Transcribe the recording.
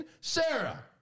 Sarah